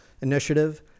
Initiative